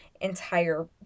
entire